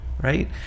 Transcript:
Right